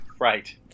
Right